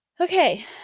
Okay